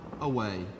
away